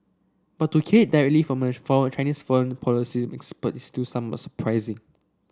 but to hear it directly from a Chinese foreign policy expert is still somewhat surprising